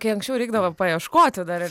kai anksčiau reikdavo paieškoti dar ir